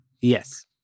Yes